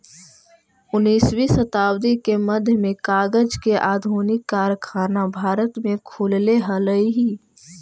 उन्नीसवीं शताब्दी के मध्य में कागज के आधुनिक कारखाना भारत में खुलले हलई